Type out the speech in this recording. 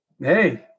Hey